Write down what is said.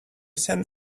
sent